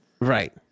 right